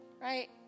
right